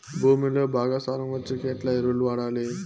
భూమిలో బాగా సారం వచ్చేకి ఎట్లా ఎరువులు వాడాలి?